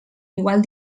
igual